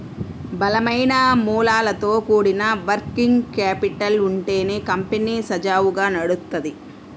బలమైన మూలాలతో కూడిన వర్కింగ్ క్యాపిటల్ ఉంటేనే కంపెనీ సజావుగా నడుత్తది